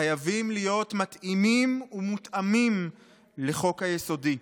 חייבים להיות מתאימים ומותאמים לחוק היסודי,